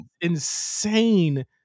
insane